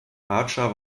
archer